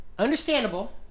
Understandable